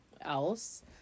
else